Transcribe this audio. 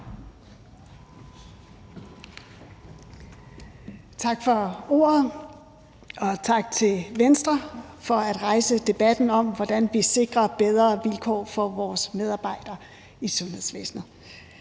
Tak for ordet, og tak til Venstre for at rejse debatten om, hvordan vi sikrer bedre vilkår for vores medarbejdere i sundhedsvæsenet.